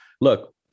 look